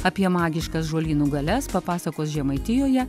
apie magiškas žolynų galias papasakos žemaitijoje